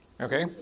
Okay